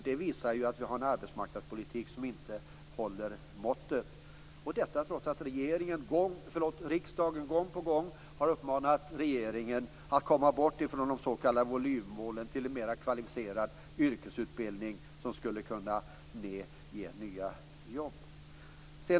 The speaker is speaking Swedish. Det visar att vi har en arbetsmarknadspolitik som inte håller måttet - detta trots att riksdagen gång på gång har uppmanat regeringen att komma bort från de s.k. volymmålen till en mer kvalificerad yrkesutbildning som skulle kunna ge nya jobb.